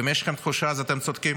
ואם יש לכם תחושה, אתם צודקים.